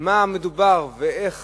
במה מדובר ואיך